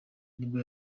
nibwo